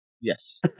Yes